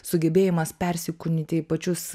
sugebėjimas persikūnyti į pačius